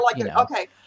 okay